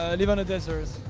ah live on a desert.